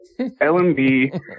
LMB